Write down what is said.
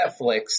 Netflix